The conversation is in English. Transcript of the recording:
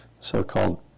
so-called